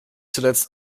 zuletzt